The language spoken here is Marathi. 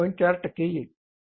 4 टक्के येईल बरोबर